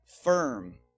firm